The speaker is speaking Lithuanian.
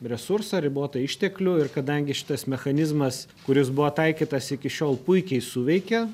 resursą ribotą išteklių ir kadangi šitas mechanizmas kuris buvo taikytas iki šiol puikiai suveikia